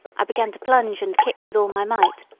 i began to plunge and kick with all my might.